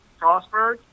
Frostburg